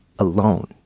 alone